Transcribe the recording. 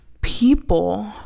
people